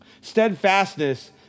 steadfastness